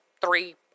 three